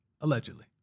Allegedly